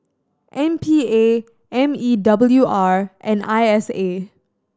M P A M E W R and I S A